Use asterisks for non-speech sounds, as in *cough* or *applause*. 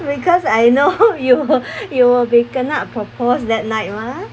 because I know *noise* you were *noise* you were waken up proposed that night mah